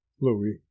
louis